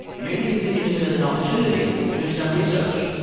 maybe you can use it as an opportunity to do some research,